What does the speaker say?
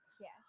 Yes